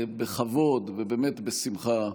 בכבוד ובאמת בשמחה,